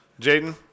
Jaden